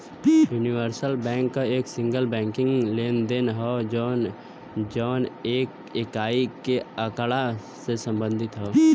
universal bank एक single banking लेनदेन हौ जौन एक इकाई के आँकड़ा से संबंधित हौ